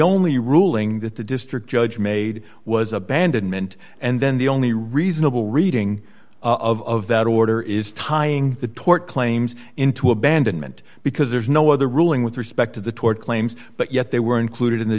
only ruling that the district judge made was abandonment and then the only reasonable reading of that order is tying the tort claims into abandonment because there's no other ruling with respect to the tort claims but yet they were included in the